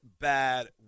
bad